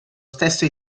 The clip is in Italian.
stesso